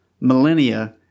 millennia